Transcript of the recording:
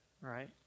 right